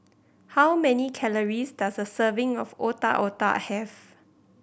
how many calories does a serving of Otak Otak have